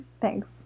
Thanks